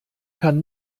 kann